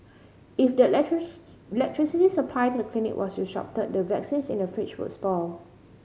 if the electricity supply to the clinic was the vaccines in the fridge would spoil